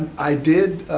i did,